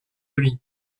lui